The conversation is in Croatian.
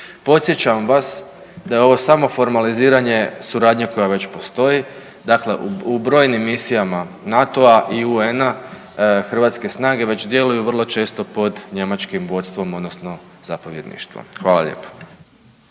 Podsjećam vas da je ovo samo formaliziranje suradnje koja već postoji. Dakle, u brojnim misijama NATO-a i UN-a hrvatske snage već djeluju vrlo često pod njemačkim vodstvom odnosno zapovjedništvom. Hvala lijepo.